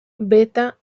beta